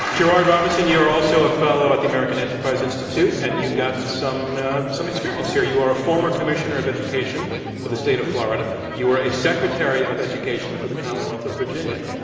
gerard robinson, you are also a fellow at the american enterprise institute, and you've got some some experience here. you are a former commissioner of education for the state of florida. you were a secretary of education for the commonwealth of virginia.